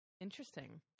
Interesting